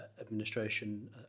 administration